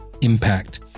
impact